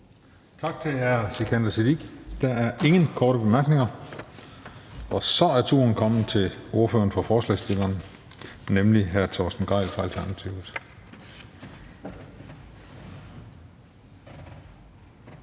Tak til hr. Sikandar Siddique. Der er ingen korte bemærkninger. Så er turen kommet til ordføreren for forslagsstillerne, nemlig hr. Torsten Gejl fra Alternativet.